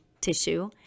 tissue